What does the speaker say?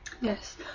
Yes